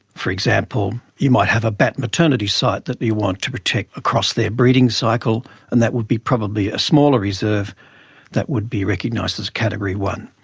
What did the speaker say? for example, you might have a bat maternity site that you want to protect across their breeding cycle and that would be probably a smaller reserve that would be recognised as category one.